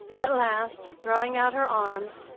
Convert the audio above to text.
at last, throwing out her arms,